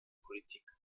politik